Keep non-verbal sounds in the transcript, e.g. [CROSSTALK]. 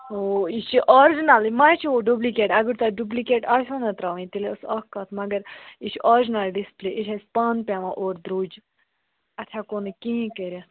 او یہِ چھِ آرجِنَلٕے ما چھِ [UNINTELLIGIBLE] ڈُبلِکیٹ اگر تۄہہِ ڈُبلِکیٹ آسیو نہ ترٛاوٕنۍ تیٚلہِ ٲس اَکھ کَتھ مَگر یہِ چھِ آرجِنَل ڈِسپٕلے یہِ چھِ اَسہِ پانہٕ پٮ۪وان اورٕ درٛوٚج اَتھ ہٮ۪کو نہٕ کِہیٖنۍ کٔرِتھ